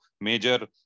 major